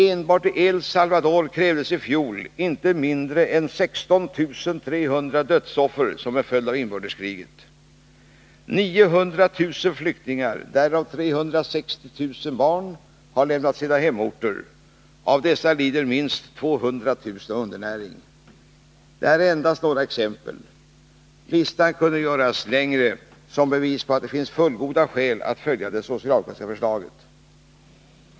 Enbart i El Salvador krävdes i fjol inte mindre än 16 300 dödsoffer såsom följd av inbördeskriget. 900 000 flyktingar, därav 360 000 barn, har lämnat sina hemorter. Av dessa lider minst 200 000 av undernäring. Detta är endast några exempel. Listan kunde göras längre såsom bevis på att det finns fullgoda skäl för att följa det socialdemokratiska förslaget.